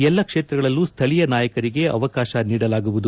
ಎಲ್ಲಾ ಕ್ಷೇತ್ರಗಳಲ್ಲೂ ಸ್ಟಳೀಯ ನಾಯಕರಿಗೆ ಅವಕಾಶ ನೀಡಲಾಗುವುದು